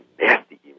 nasty